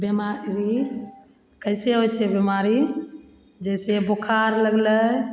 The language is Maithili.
बीमारी कैसे होइ छै बीमारी जैसे बुखार लगलय